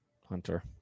Hunter